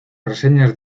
reseñas